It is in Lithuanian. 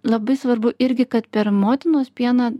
labai svarbu irgi kad per motinos pieną